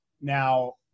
Now